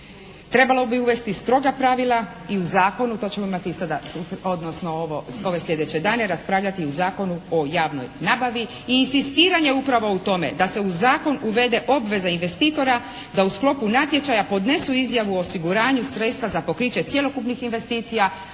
Trebalo bi uvesti stroga pravila i u zakonu, to ćemo imati sada, odnosno ove sljedeće dane raspravljati o Zakonu o javnoj nabavi. I inzistiranje upravo u tome da se u zakon uvede obveza investitora da u sklopu natječaja podnesu izjavu o osiguranju sredstva za pokriće cjelokupnih investicija,